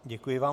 Děkuji vám.